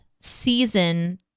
season